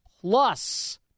plus